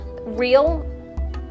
real